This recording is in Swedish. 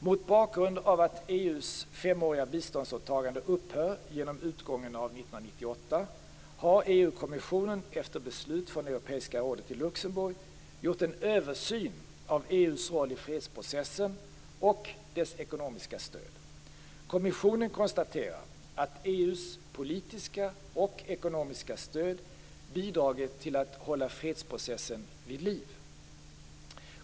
Mot bakgrund av att EU:s femåriga biståndsåtagande upphör genom utgången av 1998 har EU Luxemburg gjort en översyn av EU:s roll i fredsprocessen och dess ekonomiska stöd. Kommissionen konstaterar att EU:s politiska och ekonomiska stöd bidragit till att hålla fredsprocessen vid liv.